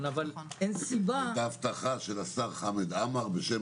אבל אין סיבה --- הייתה הבטחה של השר חמד עמאר בשם